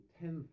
tenth